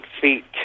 feet